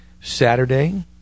Saturday